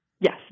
Yes